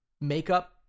makeup